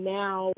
now